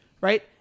right